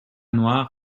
noir